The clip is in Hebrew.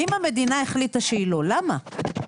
אם המדינה החליטה שהיא לא, למה?